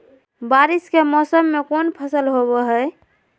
बारिस के मौसम में कौन फसल होबो हाय?